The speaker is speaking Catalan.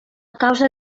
causa